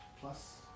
Plus